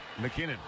McKinnon